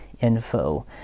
info